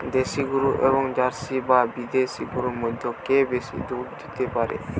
দেশী গরু এবং জার্সি বা বিদেশি গরু মধ্যে কে বেশি দুধ দিতে পারে?